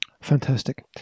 Fantastic